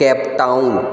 Cape Town